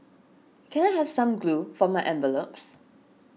can I have some glue for my envelopes